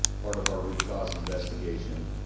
part of our root cause investigation,